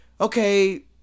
okay